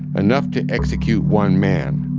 enough to execute one man.